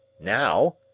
Now